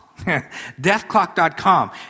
deathclock.com